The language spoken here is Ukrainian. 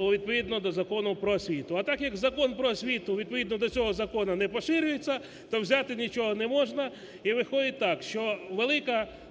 відповідно до Закону про освіту. А так як Закон про освіту відповідно до цього закону не поширюється, то взяти нічого не можна і виходить так, що велика,